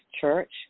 church